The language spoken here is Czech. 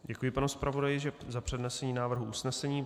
Děkuji panu zpravodaji za přednesení návrhu usnesení.